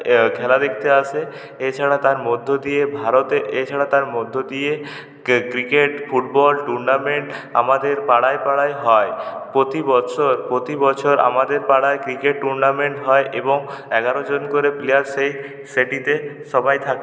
খেলা দেখতে আসে এছাড়া তার মধ্য দিয়ে ভারতের এছাড়া তার মধ্য দিয়ে ক্রিকেট ফুটবল টুর্নামেন্ট আমাদের পাড়ায় হয় প্রতি বছর প্রতি বছর আমাদের পাড়ায় ক্রিকেট টুর্নামেন্ট হয় এবং এগারো জন করে প্লেয়ার সেই সেটিতে সবাই থাকে